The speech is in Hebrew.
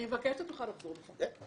אני מבקשת ממך לחזור מדבריך.